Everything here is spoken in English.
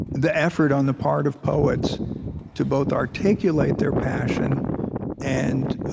the effort on the part of poets to both articulate their passion and